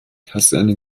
kaserne